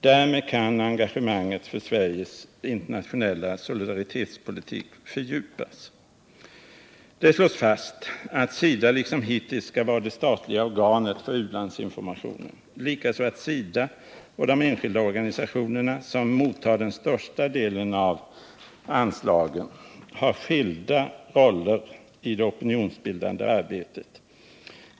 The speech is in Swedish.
Därmed kan engagemanget för Sveriges internationella solidaritetspolitik fördjupas.” Det slås fast att SIDA liksom hittills skall vara det statliga organet för u-landsinformationen, liksom att SIDA och de organisationer, som mottar den största delen av anslaget, har skilda roller i det opinionsbildande arbetet.